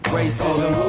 Racism